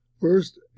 First